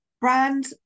Brand